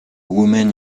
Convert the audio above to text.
woman